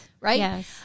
right